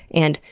and,